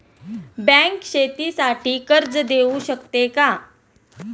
Bank शेतीसाठी कर्ज देऊ शकते का?